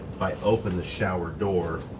if i open the shower door,